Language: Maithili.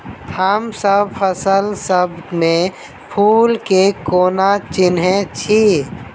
हमसब फसल सब मे फूल केँ कोना चिन्है छी?